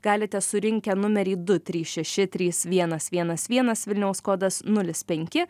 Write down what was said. galite surinkę numerį du trys šeši trys vienas vienas vienas vilniaus kodas nulis penki